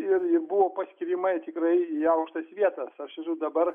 ir ir buvo paskyrimai tikrai į aukštas vietas aš esu dabar